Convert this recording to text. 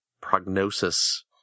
prognosis